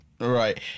Right